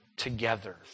together